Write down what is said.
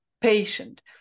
patient